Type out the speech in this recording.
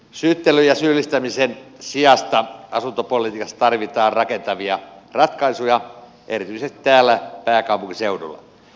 syyttelyn ja syyllistämisen sijasta asuntopolitiikassa tarvitaan rakentavia ratkaisuja erityisesti täällä pääkaupunkiseudulla